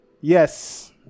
Yes